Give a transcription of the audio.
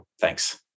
Thanks